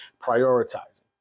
prioritizing